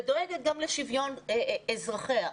ודואגת גם לשוויון אזרחיה,